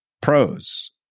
Pros